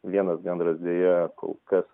vienas gandras deja kol kas